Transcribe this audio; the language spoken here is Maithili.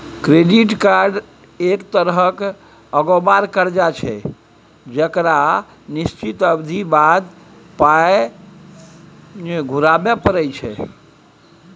क्रेडिट कार्ड एक तरहक अगोबार करजा छै जकरा निश्चित अबधी बाद पाइ घुराबे परय छै